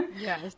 Yes